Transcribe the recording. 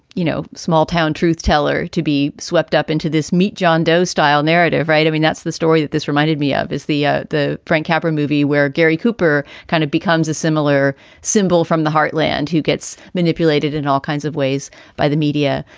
you know, small town truth teller to be swept up into this meet john doe style narrative. right. i mean, that's the story that this reminded me of is the ah the frank capra movie where gary cooper kind of becomes a similar symbol from the heartland, who gets manipulated in all kinds of ways by the media,